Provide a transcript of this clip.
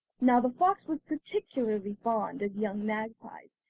now the fox was particularly fond of young magpies,